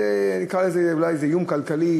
נקרא לזה אולי "איום כלכלי",